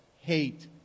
hate